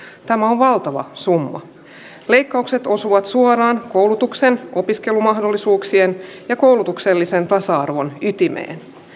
tämä on valtava summa leikkaukset osuvat suoraan koulutuksen opiskelumahdollisuuksien ja koulutuksellisen tasa arvon ytimeen